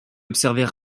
observer